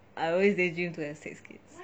I always daydream to have six kids